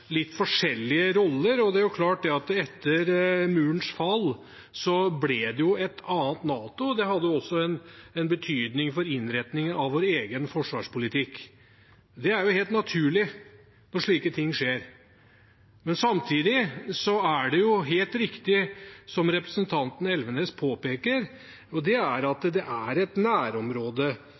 og det er klart at det etter murens fall ble et annet NATO. Det hadde også betydning for innretningen av vår egen forsvarspolitikk. Det er helt naturlig når slike ting skjer, men samtidig er det helt riktig – som representanten Elvenes påpeker – at det er en nærområdestrategi og et prinsipp som har vært befestet over lang tid, og som Norge har vært en pådriver for. Det er